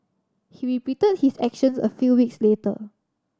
he repeated his actions a few weeks later